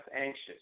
anxious